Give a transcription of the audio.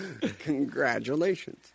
Congratulations